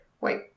wait